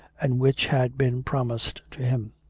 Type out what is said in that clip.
and which had been promised to him.